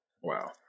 Wow